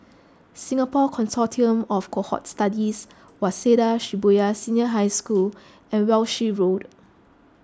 Singapore Consortium of Cohort Studies Waseda Shibuya Senior High School and Walshe Road